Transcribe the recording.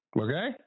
Okay